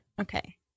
Okay